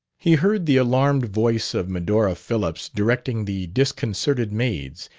he heard the alarmed voice of medora phillips directing the disconcerted maids,